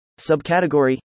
Subcategory